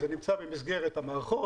זה נמצא במסגרת המערכות,